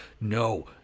No